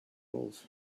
bowls